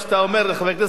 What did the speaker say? חבר הכנסת חסון,